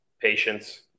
patience